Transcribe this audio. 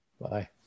Bye